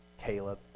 Caleb